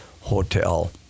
hotel